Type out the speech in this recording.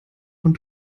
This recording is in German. von